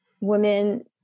women